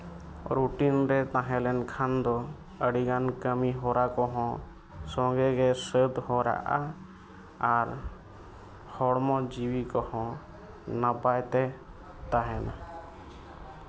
routine ᱨᱮ ᱛᱟᱦᱮᱸ ᱞᱮᱱᱠᱷᱟᱱ ᱫᱚ ᱟᱹᱰᱤ ᱜᱟᱱ ᱠᱟᱹᱢᱤ ᱦᱚᱨᱟ ᱠᱚ ᱦᱚᱸ ᱥᱚᱸᱜᱮ ᱜᱮ ᱥᱟᱹᱛ ᱦᱚᱨᱟᱜᱼᱟ ᱟᱨ ᱦᱚᱲᱢᱚ ᱡᱤᱣᱤ ᱠᱚ ᱦᱚᱸ ᱱᱟᱯᱟᱭᱛᱮ ᱛᱟᱦᱮᱱᱟ